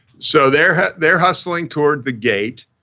so they're they're hustling towards the gate.